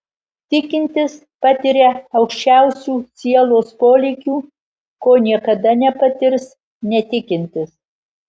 tikintis patiria aukščiausių sielos polėkių ko niekada nepatirs netikintis